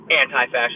anti-fascist